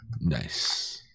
Nice